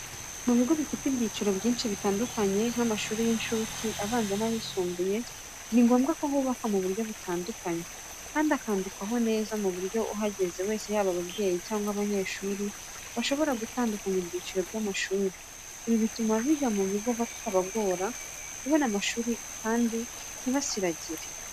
Mu bigo bifite ibyiciro byinshi bitandukanye, nk’amashuri y’incuke, abanza n’ayisumbuye, ni ngombwa ko yubakwa mu buryo butandukanye, kandi akanandikwaho neza, ku buryo uhageze wese yaba ababyeyi cyangwa abanyeshuri bashobora gutandukanya ibyiciro by’amashuri. Ibi bituma abiga mu kigo bitabagora kubona amashuri aho biga kandi ntibasiragire.